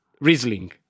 Riesling